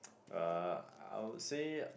uh I would say